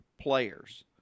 players